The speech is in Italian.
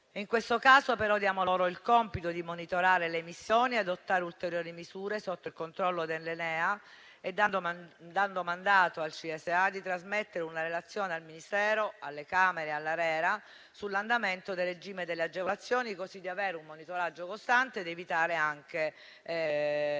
In questo caso, però, diamo loro il compito di monitorare le emissioni, di adottare ulteriori misure sotto il controllo dell'ENEA e dando mandato al CSEA di trasmettere una relazione al Ministero, alle Camere e all'ARERA sull'andamento del regime delle agevolazioni, così da avere un monitoraggio costante ed evitare anche gli sprechi.